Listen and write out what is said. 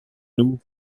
nous